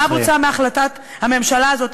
מה בוצע מהחלטת הממשלה הזאת,